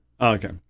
Okay